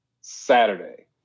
Saturday